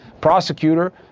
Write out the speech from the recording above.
prosecutor